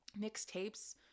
mixtapes